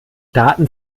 daten